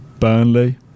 Burnley